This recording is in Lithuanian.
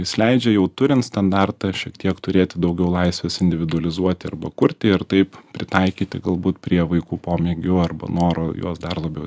jis leidžia jau turint standartą ir šiek tiek turėti daugiau laisvės individualizuoti arba kurti ir taip pritaikyti galbūt prie vaikų pomėgių arba noro juos dar labiau